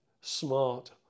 smart